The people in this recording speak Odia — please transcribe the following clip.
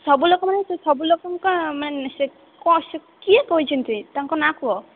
ସବୁ ଲୋକମାନେ ସେ ସବୁ ଲୋକଙ୍କ ମାନେ ସେ କ'ଣ ସେ କିଏ କହିଛନ୍ତି ତାଙ୍କ ନାଁ କୁହ